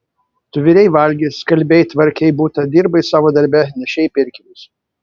tu virei valgi skalbei tvarkei butą dirbai savo darbe nešei pirkinius